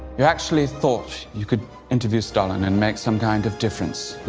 you actually thought you could interview stalin and make some kind of difference,